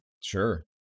sure